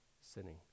sinning